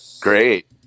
Great